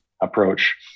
approach